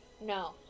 No